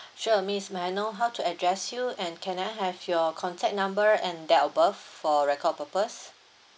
sure miss may I know how to address you and can I have your contact number and date of birth for record purpose